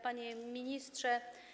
Panie Ministrze!